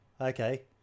Okay